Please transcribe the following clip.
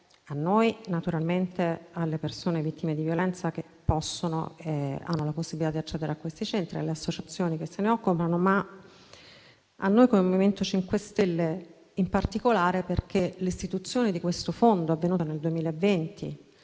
sollievo naturalmente alle persone vittime di violenza, che hanno la possibilità di accedere ai centri, alle associazioni che se ne occupano, ma anche a noi, come MoVimento 5 Stelle in particolare. L'istituzione del fondo, avvenuta nel 2020,